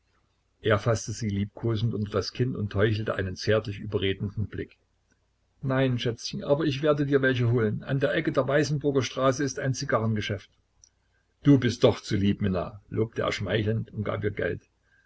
er faßte sie liebkosend unter das kinn und heuchelte einen zärtlich überredenden blick nein schätzchen aber ich werde dir welche holen an der ecke der weißenburger straße ist ein zigarrengeschäft du bist doch zu lieb minna lobte er schmeichelnd und gab ihr geld